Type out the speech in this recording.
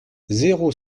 zéro